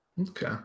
Okay